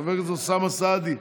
חבר הכנסת אוסאמה סעדי,